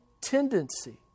tendency